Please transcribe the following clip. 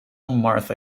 martha